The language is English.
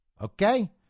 Okay